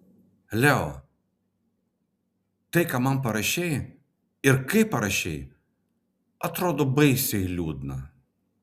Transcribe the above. leo tai ką man parašei ir kaip parašei atrodo baisiai liūdna